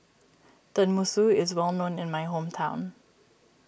Tenmusu is well known in my hometown